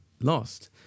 lost